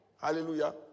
Hallelujah